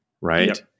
right